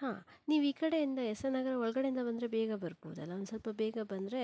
ಹಾ ನೀವು ಈ ಕಡೆಯಿಂದ ಎಸ್ ಎನ್ ನಗರ ಒಳಗಡೆಯಿಂದ ಬಂದರೆ ಬೇಗ ಬರ್ಬೋದಲ್ಲ ಸ್ವಲ್ಪ ಬೇಗ ಬಂದರೆ